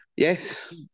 Yes